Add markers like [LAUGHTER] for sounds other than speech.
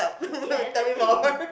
[NOISE] ya exactly